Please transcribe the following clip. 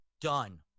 done